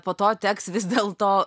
po to teks vis dėlto